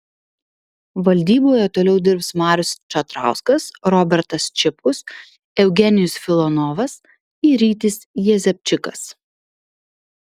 valdyboje toliau dirbs marius čatrauskas robertas čipkus eugenijus filonovas ir rytis jezepčikas